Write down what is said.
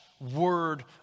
word